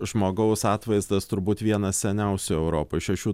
žmogaus atvaizdas turbūt vienas seniausių europoj šešių